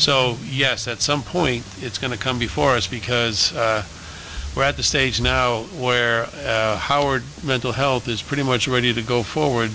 so yes at some point it's going to come before us because we're at the stage now where howard mental health is pretty much ready to go forward